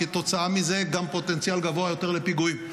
וכתוצאה מזה גם פוטנציאל גבוה יותר לפיגועים.